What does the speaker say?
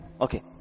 okay